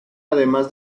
además